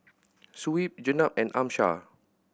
Shuib Jenab and Amsyar